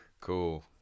Cool